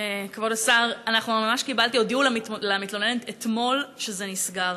כבוד השר, הודיעו למתלוננת אתמול שזה נסגר.